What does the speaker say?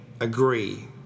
agree